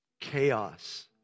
chaos